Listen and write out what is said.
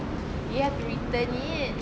you have to return it